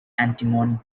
antimony